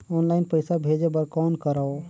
Online पईसा भेजे बर कौन करव?